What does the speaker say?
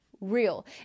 real